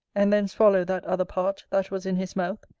and then swallow that other part that was in his mouth,